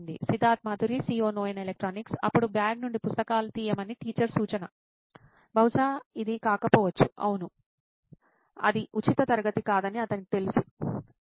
Siddharth Maturi CEO నోయిన్ electronics అప్పుడు bag నుండి పుస్తకాలను తీయమని టీచర్ సూచన బహుశా ఇది కాకపోవచ్చు అవును అది ఉచిత తరగతి కాదని అతనికి తెలుసు అవును